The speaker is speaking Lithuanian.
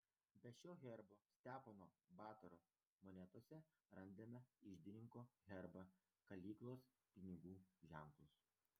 be šio herbo stepono batoro monetose randame iždininko herbą kalyklos pinigų ženklus